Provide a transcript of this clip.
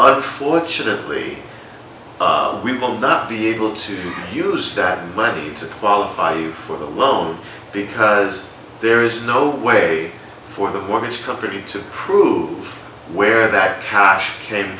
unfortunately we will not be able to use that money to qualify for the loan because there is no way for the mortgage company to prove where that hash came